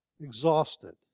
exhausted